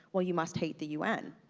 well, you must hate the un.